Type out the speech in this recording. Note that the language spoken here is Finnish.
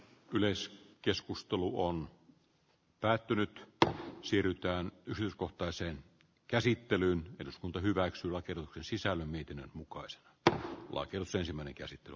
yleisin keskustelu on päätynyt tähän siirrytään yrityskohtaiseen käsittelyyn eduskunta hyväksyi rakennuksen sisällä myytin mukaista tämä vaikeus ensimmäinen käsittely